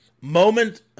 Moment